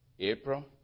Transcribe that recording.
April